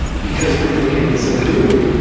because freecodecamp is so new,